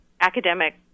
academic